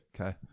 Okay